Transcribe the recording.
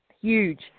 huge